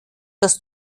das